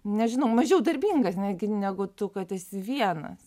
nežinau mažiau darbingas netgi negu tu kad esi vienas